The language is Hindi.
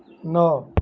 नौ